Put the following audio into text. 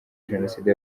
jenoside